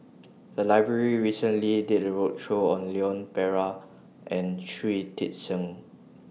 The Library recently did A roadshow on Leon Perera and Shui Tit Sing